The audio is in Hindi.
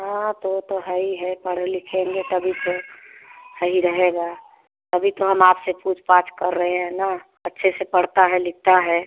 हाँ तो वो तो हई है पढ़े लिखेंगे तभी तो सही रहेगा तभी तो हम आपसे पूछपाछ कर रहे हैं न अच्छे से पढ़ता है लिखता है